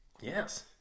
Yes